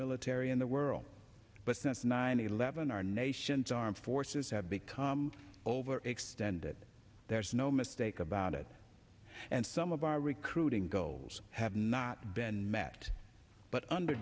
military in the world but since nine eleven our nation's armed forces have become overextended there's no mistake about it and some of our recruiting goals have not been met but under